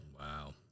Wow